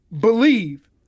believe